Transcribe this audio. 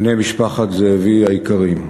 בני משפחת זאבי היקרים,